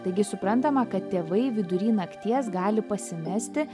taigi suprantama kad tėvai vidury nakties gali pasimesti